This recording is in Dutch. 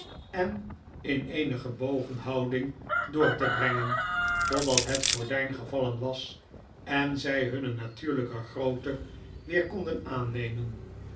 en in eene gebogenhouding door te brengen totdat het gordijn gevallen was en zij hunne natuurlijke grootte weer konden aannemen